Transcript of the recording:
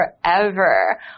forever